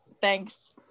thanks